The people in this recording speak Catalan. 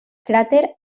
cràter